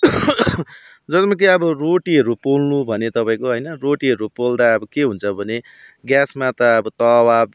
जसमा कि अब रोटीहरू पोल्नु भने तपाईँको होइन रोटीहरू पोल्दा अब के हुन्छ भने ग्यासमा त अब तवा